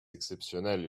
exceptionnels